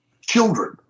children